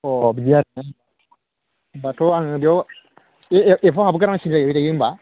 अ बिदि आरोना होनबाथ' आङो बेयाव बे एपआव हाबहैग्रोनांसिगोन दायो होनबा